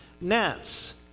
gnats